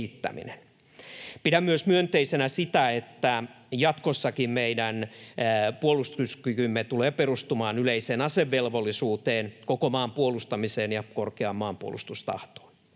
Pidän myönteisenä myös sitä, että jatkossakin meidän puolustuskykymme tulee perustumaan yleiseen asevelvollisuuteen, koko maan puolustamiseen ja korkeaan maanpuolustustahtoon.